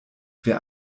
wer